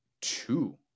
two